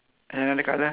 yes correct